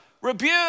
rebuke